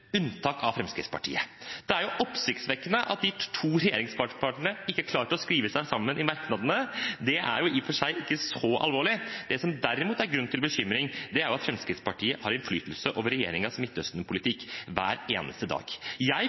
unntak av Fremskrittspartiet. Det er oppsiktsvekkende at de to regjeringspartiene ikke har klart å skrive seg sammen i merknadene. Det er i og for seg ikke så alvorlig. Det som derimot gir grunn til bekymring, er at Fremskrittspartiet har innflytelse over regjeringens Midtøsten-politikk hver eneste dag. Jeg